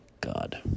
God